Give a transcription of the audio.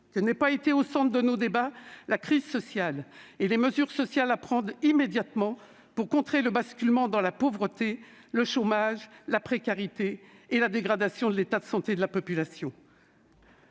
que n'aient pas été au centre de nos débats la crise sociale et les mesures sociales à prendre immédiatement pour contrer le basculement dans la pauvreté, le chômage, la précarité et la dégradation de l'état de santé de la population.